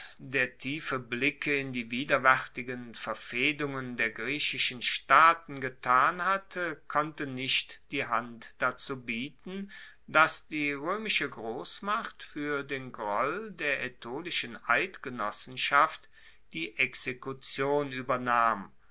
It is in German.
der tiefe blicke in die widerwaertigen verfehdungen der griechischen staaten getan hatte konnte nicht die hand dazu bieten dass die roemische grossmacht fuer den groll der aetolischen eidgenossenschaft die exekution uebernahm